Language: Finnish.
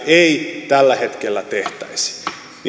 ei tällä hetkellä tehtäisi